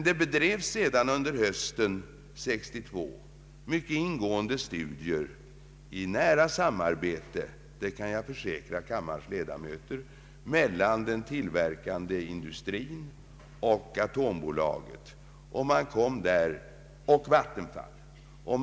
Det bedrevs sedan under hösten 1962 mycket ingående studier i nära samarbete — det kan jag försäkra kammarens ledamöter — mellan den tillverkande industrin, Atombolaget och vattenfallsverket.